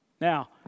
Now